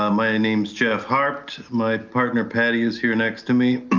um my name's jeff harped. my partner, patti is here next to me.